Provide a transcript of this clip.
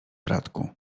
bratku